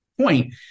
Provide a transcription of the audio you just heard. point